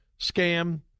Scam